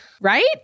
Right